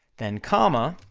then comma,